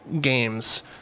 games